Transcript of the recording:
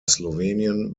slowenien